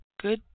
Good